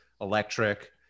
electric